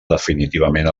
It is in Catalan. definitivament